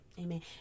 Amen